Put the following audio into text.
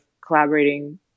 collaborating